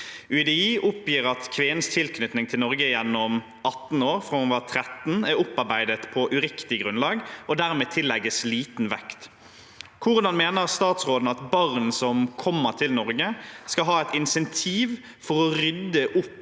UDI oppgir at kvinnens tilknytning til Norge gjennom 18 år, fra hun var 13 år, er opparbeidet på uriktig grunnlag, og dermed tillegges liten vekt. Hvordan mener statsråden at barn som kommer til Norge skal ha et insentiv for å rydde opp